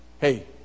hey